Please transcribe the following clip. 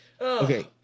okay